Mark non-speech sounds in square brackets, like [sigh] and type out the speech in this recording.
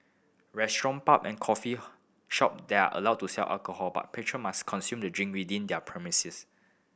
restaurant pub and coffee [unintelligible] shop there are allowed to sell alcohol but patron must consume the drink within their premises